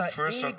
first